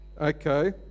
Okay